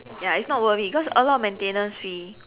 ya it's not worth it cause a lot of maintenance fee